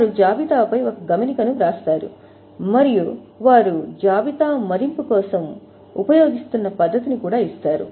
వారు జాబితాపై ఒక గమనికను వ్రాస్తారు మరియు వారు జాబితా మదింపు కోసం ఉపయోగిస్తున్న పద్ధతిని కూడా ఇస్తారు